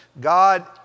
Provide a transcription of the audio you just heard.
God